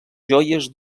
joies